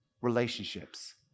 relationships